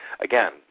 Again